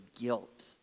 guilt